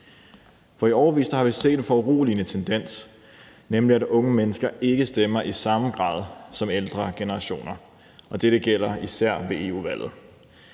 hørt. I årevis har vi set en foruroligende tendens, nemlig at unge mennesker ikke stemmer i samme grad som ældre generationer, og dette gælder især ved EU-valget.